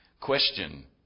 question